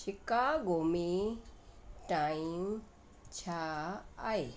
Chicago में time छा आहे